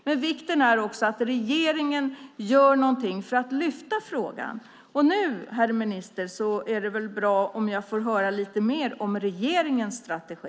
Men det är också viktigt att regeringen gör något för att lyfta fram frågan. Nu, herr minister, är det väl bra om jag får höra lite mer om regeringens strategi.